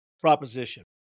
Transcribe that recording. proposition